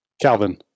Calvin